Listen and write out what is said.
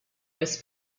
this